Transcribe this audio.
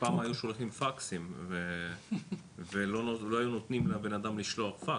פעם היו שולחים פקסים ולא היו נותנים לבנאדם לשלוח פקס.